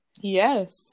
yes